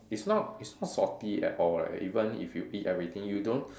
it's not it's not salty at all leh even if you eat everything you don't